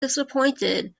disappointed